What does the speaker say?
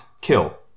kill